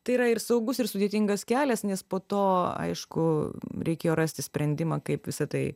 tai yra ir saugus ir sudėtingas kelias nes po to aišku reikėjo rasti sprendimą kaip visa tai